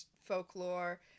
folklore